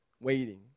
waiting